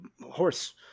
Horse